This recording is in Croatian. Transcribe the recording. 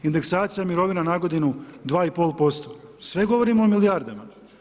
Indeksacija mirovina na godinu 2,5% sve govorimo o milijardama.